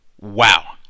Wow